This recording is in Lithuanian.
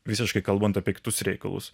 visiškai kalbant apie kitus reikalus